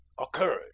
occurred